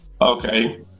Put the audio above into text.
okay